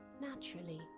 naturally